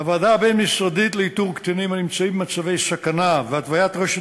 הוועדה הבין-משרדית לאיתור קטינים הנמצאים במצבי סכנה והתוויית רשת